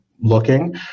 looking